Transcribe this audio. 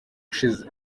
ushize